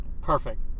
Perfect